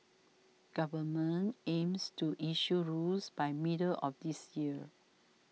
government aims to issue rules by middle of this year